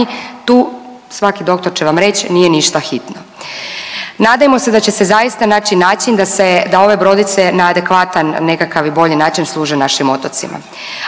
tu svaki doktor će vam reć nije ništa hitno. Nadajmo se da će se zaista naći način da se, da ove brodice na adekvatan nekakav i bolji način služe našim otocima.